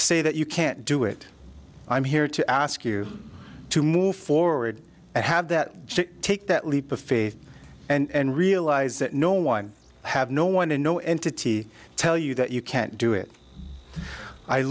say that you can't do it i'm here to ask you to move forward and have that take that leap of faith and realize that no one have no one and no entity tell you that you can't do it i